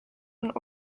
und